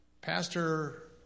Pastor